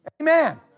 Amen